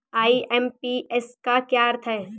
IMPS का क्या अर्थ है?